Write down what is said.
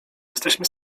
jesteśmy